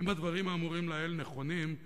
אם הדברים האמורים לעיל נכונים,